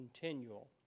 continual